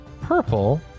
purple